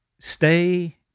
stay